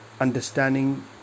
understanding